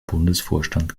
bundesvorstand